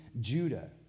Judah